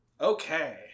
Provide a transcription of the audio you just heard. Okay